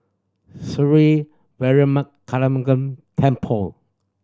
Sri Veeramakaliamman Temple